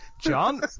John